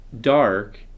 dark